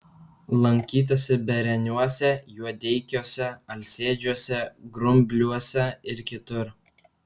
lankytasi bereniuose juodeikiuose alsėdžiuose grumbliuose ir kitur